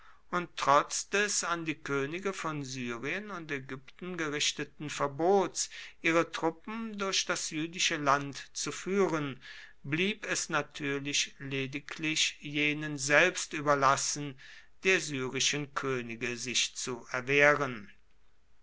und trotz des an die könige von syrien und ägypten gerichteten verbots ihre truppen durch das jüdische land zu führen blieb es natürlich lediglich jenen selbst überlassen der syrischen könige sich zu erwehren